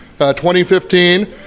2015